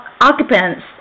occupants